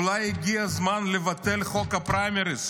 אולי הגיע הזמן לבטל את חוק הפריימריז?